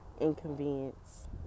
inconvenience